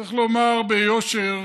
צריך לומר ביושר,